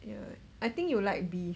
ya I think you will like beef